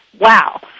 Wow